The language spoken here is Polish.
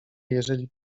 jeżeli